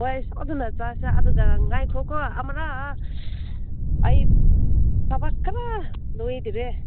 ꯍꯣꯏ ꯁꯣꯏꯗꯅ ꯆꯠꯁꯦ ꯑꯗꯨꯒ ꯉꯥꯏꯈꯣꯀꯣ ꯑꯃꯨꯔꯛ ꯑꯩ ꯊꯕꯛ ꯈꯔ ꯂꯣꯏꯗ꯭ꯔꯦ